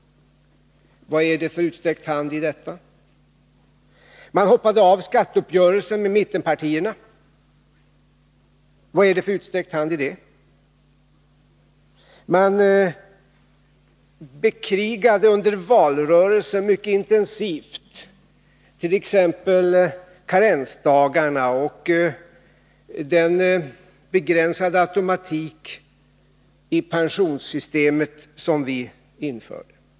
Vad är det för utsträckt hand i detta? Man hoppade av från skatteuppgörelsen med mittenpartierna. Vad är det för utsträckt hand i det? Man bekrigade under valrörelsen mycket intensivt t.ex. karensdagarna och den begränsade automatik i pensionssystemet som vi införde.